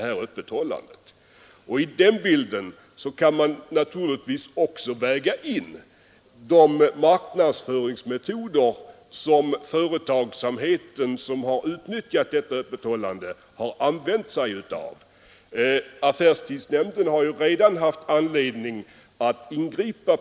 I den bilden kan man naturligtvis också ta med de marknadsföringsmetoder vilka sådana företag som utnyttjat detta öppethållande använt sig av. Affärstidsnämnden har redan haft anledning att ingripa.